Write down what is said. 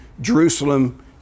Jerusalem